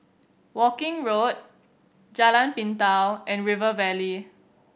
Woking Road Jalan Pintau and River Valley